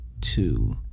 two